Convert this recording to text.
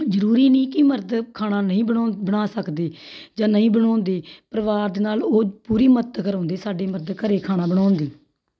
ਜ਼ਰੂਰੀ ਨਹੀਂ ਕਿ ਮਰਦ ਖਾਣਾ ਨਹੀਂ ਬਣੋ ਬਣਾ ਸਕਦੇ ਜਾਂ ਨਹੀਂ ਬਣਵਾਉਂਦੇ ਪਰਿਵਾਰ ਦੇ ਨਾਲ ਉਹ ਪੂਰੀ ਮਤ ਕਰਵਾਉਂਦੇ ਸਾਡੇ ਮਰਦ ਘਰੇ ਖਾਣਾ ਬਣਾਉਣ ਦੀ